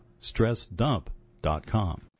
StressDump.com